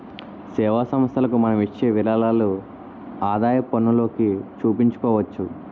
సేవా సంస్థలకు మనం ఇచ్చే విరాళాలు ఆదాయపన్నులోకి చూపించుకోవచ్చు